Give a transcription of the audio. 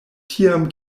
tiam